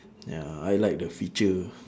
ya I like the feature